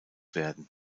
werden